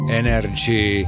energy